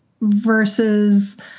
versus